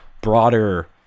broader